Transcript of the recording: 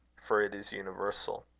for it is universal.